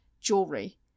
Jewelry